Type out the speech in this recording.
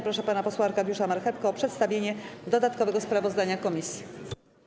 Proszę pana posła Arkadiusza Marchewkę o przedstawienie dodatkowego sprawozdania komisji.